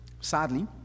sadly